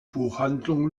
buchhandlung